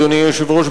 אדוני היושב-ראש,